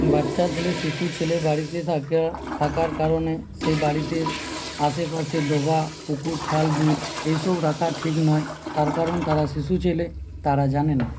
বাচ্চা ছেলে শিশু ছেলে বাড়িতে থাকার কারণে সেই বাড়িতে আশেপাশে ডোবা পুকুর খাল বিল এইসব রাখা ঠিক নয় তার কারণ তারা শিশু ছেলে তারা জানে না